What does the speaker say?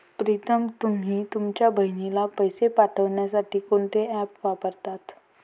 प्रीतम तुम्ही तुमच्या बहिणीला पैसे पाठवण्यासाठी कोणते ऍप वापरता?